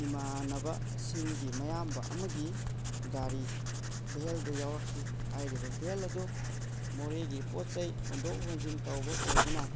ꯏꯃꯥꯟꯅꯕꯁꯤꯡꯒꯤ ꯃꯌꯥꯝꯕ ꯑꯃꯒꯤ ꯒꯥꯔꯤ ꯕꯦꯟꯗ ꯌꯥꯎꯔꯛꯈꯤ ꯍꯥꯏꯔꯤꯕ ꯕꯦꯜ ꯑꯗꯨ ꯃꯣꯔꯦꯒꯤ ꯄꯣꯠ ꯆꯩ ꯍꯣꯟꯇꯣꯛ ꯍꯣꯟꯖꯤꯟ ꯇꯧꯕ ꯑꯣꯏꯕꯅ